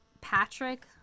Patrick